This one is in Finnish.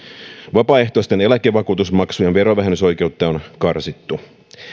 vapaaehtoisten eläkevakuutusmaksujen verovähennysoikeutta on karsittu